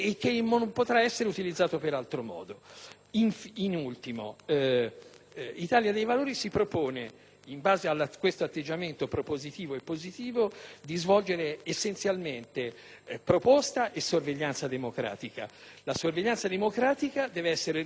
essere utilizzati in altro modo. In ultimo, l'Italia dei Valori si propone, in base a questo atteggiamento propositivo e positivo, di svolgere essenzialmente proposta e sorveglianza democratica. La sorveglianza democratica deve essere rivolta al